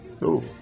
no